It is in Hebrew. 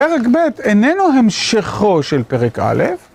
פרק ב', איננו המשכו של פרק א',